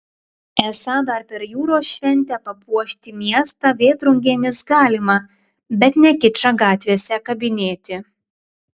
esą dar per jūros šventę papuošti miestą vėtrungėmis galima bet ne kičą gatvėse kabinėti